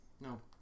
No